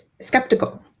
skeptical